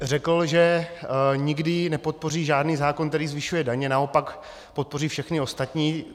Řekl tady, že nikdy nepodpoří žádný zákon, který zvyšuje daně, naopak podpoří všechny ostatní.